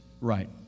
right